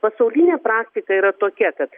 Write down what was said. pasaulinė praktika yra tokia kad